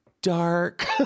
Dark